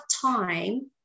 time